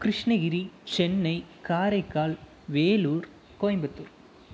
Krishnagiri Chennai Karaikal Vellore Coimbatore